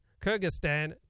Kyrgyzstan